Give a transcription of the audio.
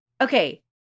Okay